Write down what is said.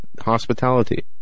hospitality